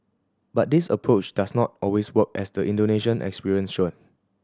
but this approach does not always work as the Indonesian experience shown